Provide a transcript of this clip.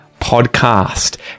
podcast